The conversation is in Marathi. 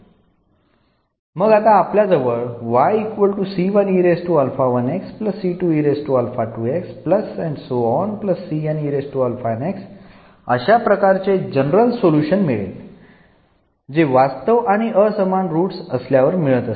मग आता आपल्याजवळ अशा प्रकारचे जनरल सोल्युशन मिळेल जे वास्तव आणि असमान रूट्स असल्यावर मिळत असते